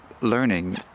learning